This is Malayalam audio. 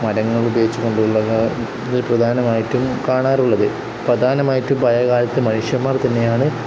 മരങ്ങൾ ഉപയോഗിച്ചുകൊണ്ടുള്ളവ ഇതിൽ പ്രധാനമായിട്ടും കാണാറുള്ളത് പ്രധാനമായിട്ടും പഴയകാലത്ത് മനുഷ്യന്മാർ തന്നെയാണ്